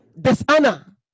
dishonor